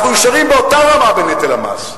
אנחנו נשארים באותה רמה בנטל המס,